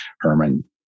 Herman